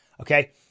Okay